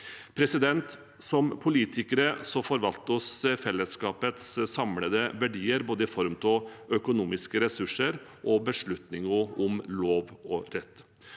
Vi som politikere forvalter fellesskapets samlede verdier, både i form av økonomiske ressurser og i form av beslutninger om lov og rett.